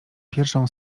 pierwszą